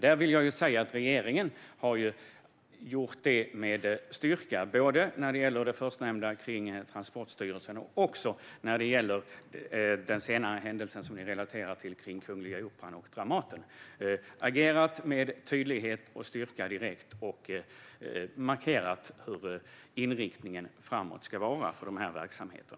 Detta har regeringen gjort med styrka, både när det gäller det förstnämnda, Transportstyrelsen, och när det gäller den senare händelsen relaterad till Kungliga Operan och Dramaten. Man har agerat med tydlighet och styrka direkt och har markerat hur inriktningen för dessa verksamheter ska vara framöver.